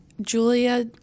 Julia